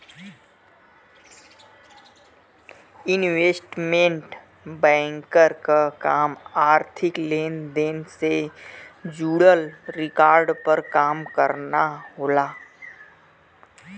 investment banker क काम आर्थिक लेन देन से जुड़ल रिकॉर्ड पर काम करना होला